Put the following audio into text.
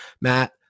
Matt